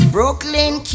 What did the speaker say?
Brooklyn